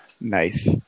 Nice